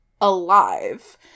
alive